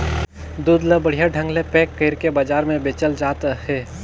दूद ल बड़िहा ढंग ले पेक कइरके बजार में बेचल जात हे